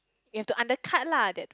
you have to under cut lah that